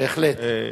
בהחלט.